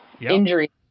injury